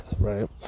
Right